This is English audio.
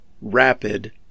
rapid